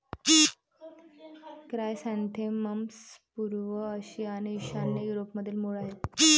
chrysanthemums पूर्व आशिया आणि ईशान्य युरोपमधील मूळ आहेत